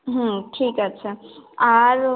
হুম ঠিক আছে আর